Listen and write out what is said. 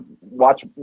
watch